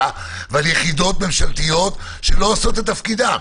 ועל יחידות ממשלתיות שלא עושות את תפקידן.